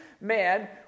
man